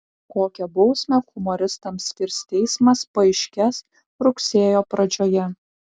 kokią bausmę humoristams skirs teismas paaiškės rugsėjo pradžioje